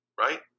right